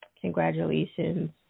congratulations